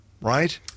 right